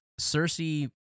Cersei